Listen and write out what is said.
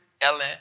Ellen